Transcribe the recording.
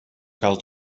cal